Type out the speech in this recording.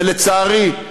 ולצערי,